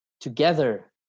together